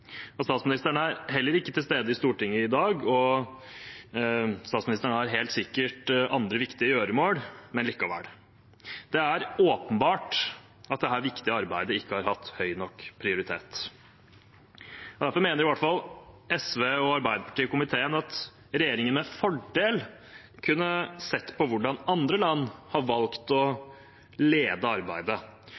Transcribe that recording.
Statsministeren er heller ikke til stede i Stortinget i dag. Statsministeren har helt sikkert andre viktige gjøremål, men likevel – det er åpenbart at dette viktige arbeidet ikke har hatt høy nok prioritet. Derfor mener i hvert fall SV og Arbeiderpartiet i komiteen at regjeringen med fordel kunne sett på hvordan andre land har valgt å lede arbeidet.